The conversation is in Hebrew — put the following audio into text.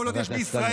להעניק את פרס ישראל